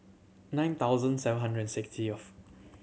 nine thousand seven hundred and sixtieth